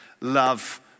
love